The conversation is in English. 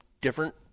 different